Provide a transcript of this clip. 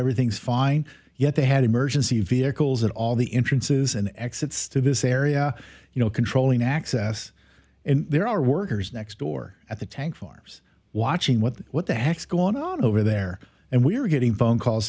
everything's fine yet they had emergency vehicles and all the entrances and exits to busy area you know controlling access and there are workers next door at the tank farmers watching what what the heck's going on over there and we're getting phone calls